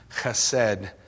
chesed